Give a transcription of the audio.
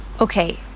Okay